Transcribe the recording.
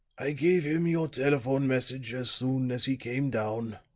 i gave him your telephone message as soon as he came down.